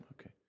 Okay